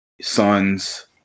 sons